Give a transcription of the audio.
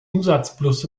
umsatzplus